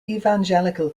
evangelical